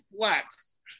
flex